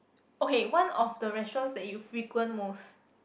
okay one of the restaurants that you frequent most